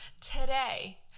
Today